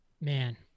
man